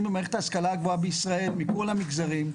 במערכת ההשכלה הגבוהה בישראל מכל המגזרים,